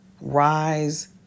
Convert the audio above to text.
Rise